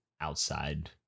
outside